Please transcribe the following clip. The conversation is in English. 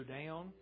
down